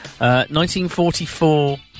1944